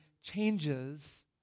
changes